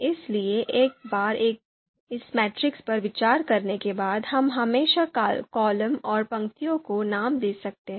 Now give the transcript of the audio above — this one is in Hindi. इसलिए एक बार इस मैट्रिक्स पर विचार करने के बाद हम हमेशा कॉलम और पंक्तियों को नाम दे सकते हैं